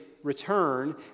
Return